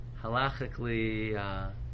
halachically